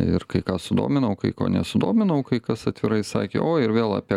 ir kai ką sudominau kai ko nesudominau kai kas atvirai sakė o ir vėl apie